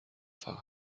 فقط